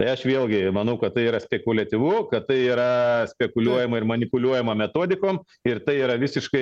tai aš vėlgi manau kad tai yra spekuliatyvu kad tai yra spekuliuojama ir manipuliuojama metodikom ir tai yra visiškai